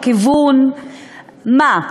לכיוון מה?